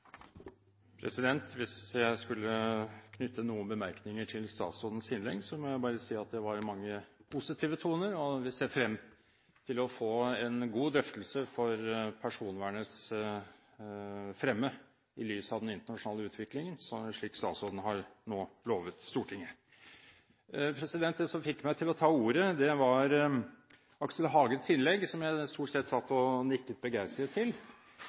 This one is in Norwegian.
minutter. Hvis jeg skulle knytte noen bemerkninger til statsrådens innlegg, må jeg bare si at det var mange positive toner. Vi ser frem til å få en god drøftelse til personvernets fremme sett i lys av den internasjonale utviklingen, slik statsråden nå har lovet Stortinget. Det som fikk meg til å ta ordet, var Aksel Hagens innlegg, som jeg stort sett satt og nikket begeistret til.